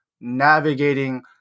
navigating